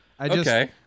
Okay